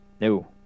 No